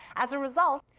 as a result,